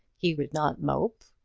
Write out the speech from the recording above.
he would not mope,